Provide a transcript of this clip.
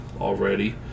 already